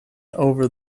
over